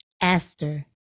aster